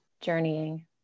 journeying